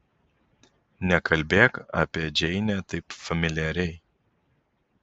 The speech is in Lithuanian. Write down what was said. nekalbėk apie džeinę taip familiariai